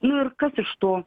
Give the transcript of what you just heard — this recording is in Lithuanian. nu ir kas iš to